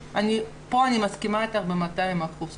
פה אני מסכימה איתך ב-200% -- אני מתחילה לדאוג...